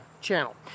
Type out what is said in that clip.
channel